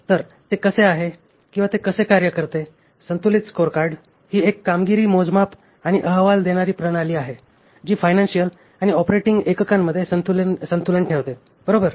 तर ते कसे आहे किंवा कसे कार्य करते संतुलित स्कोरकार्ड ही एक कामगिरी मोजमाप आणि अहवाल देणारी प्रणाली आहे जी फायनान्शिअल आणि ऑपरेटिंग एककांमध्ये संतुलन ठेवते बरोबर